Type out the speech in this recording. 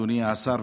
אדוני השר,